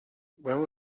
when